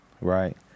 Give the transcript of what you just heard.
right